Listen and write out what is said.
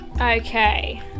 Okay